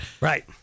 Right